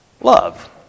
love